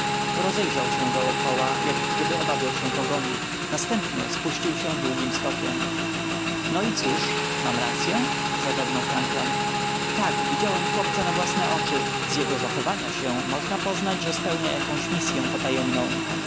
rozejrzał się dokoła jak gdyby obawiał się pogoni następnie spuścił się drugim stokiem no i cóż mam racyę zagadnął frankland tak widziałem chłopca na własne oczy z jego zachowania się można poznać że spełnia jakąś misyę potajemną